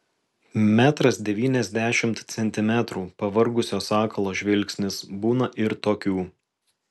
metras devyniasdešimt centimetrų pavargusio sakalo žvilgsnis būna ir tokių